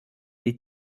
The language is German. die